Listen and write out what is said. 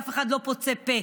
אף אחד לא פוצה פה.